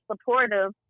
supportive